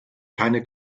keine